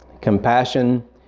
compassion